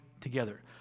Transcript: together